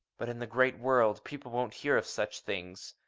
but in the great world people won't hear of such things.